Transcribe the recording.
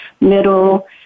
middle